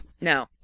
No